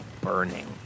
burning